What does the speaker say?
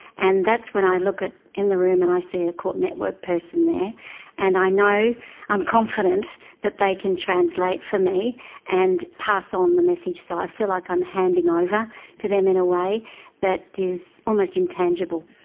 and that's when i look ah in the room and i see a court network person there and i know i'm confident that they can translate for me and pass on the message, so i feel like i'm handing over to them in a way that is almost intangible.